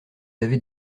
avez